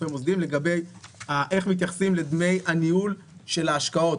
לגבי איך מתייחסים לדמי הניהול של ההשקעות,